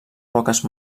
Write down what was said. poques